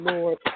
Lord